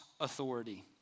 authority